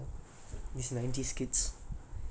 mm ya